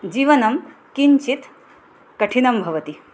जीवनं किञ्चित् कठिनं भवति